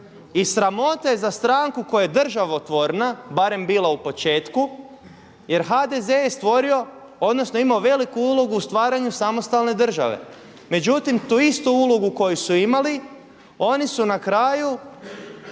I sramota je za stranku koja je državotvorna, barem bila u početku jer HDZ je stvorio odnosno imao veliku ulogu u stvaranju samostalne države. Međutim tu istu ulogu koju su imali oni su na kraju